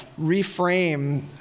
reframe